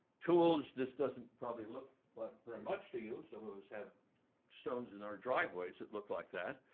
tools, this doesn't probably look like very much to you, some of us have stones in our driveways that look like that.